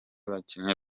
bakinnyi